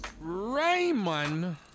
Raymond